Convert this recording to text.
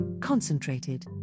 concentrated